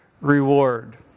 reward